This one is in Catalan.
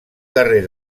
carrer